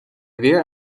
weer